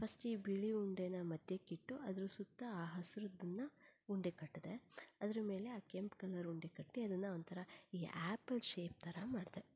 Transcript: first ಈ ಬಿಳಿ ಉಂಡೆನ ಮಧ್ಯಕ್ಕಿಟ್ಟು ಅದರ ಸುತ್ತ ಆ ಹಸಿರಿದ್ದನ್ನ ಉಂಡೆ ಕಟ್ದೆ ಅದರ ಮೇಲೆ ಆ ಕೆಂಪು ಕಲರ್ ಉಂಡೆ ಕಟ್ಟಿ ಅದನ್ನು ಒಂಥರ ಈ ಆ್ಯಪಲ್ ಶೇಪ್ ಥರ ಮಾಡಿದೆ